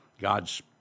God's